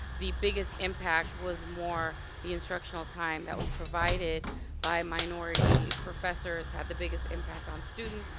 the biggest impact was more the instructional time that was provided by minority professors, had the biggest impact on students,